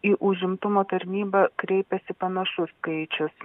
į užimtumo tarnybą kreipėsi panašus skaičius